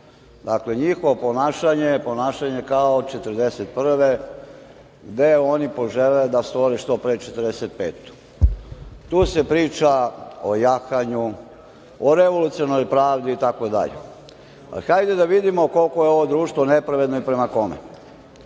Dakle, njihovo ponašanje je ponašanje kao 1941. godine, gde oni požele da stvore što pre 1945. godinu. Tu se priča o jahanju, o revolucionarnoj pravdi itd. Hajde da vidimo koliko je ovo društvo nepravedno i prema kome.